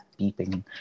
beeping